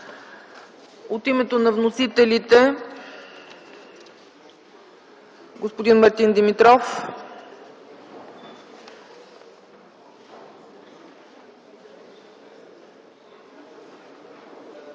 От името на вносителите – господин Мартин Димитров.